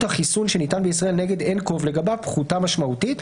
החיסון שניתן בישראל נגד nCOV לגביו פחותה משמעותית,